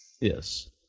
Yes